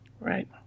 Right